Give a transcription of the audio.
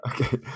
Okay